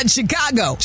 Chicago